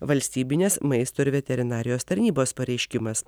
valstybinės maisto ir veterinarijos tarnybos pareiškimas